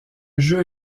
jeu